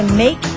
make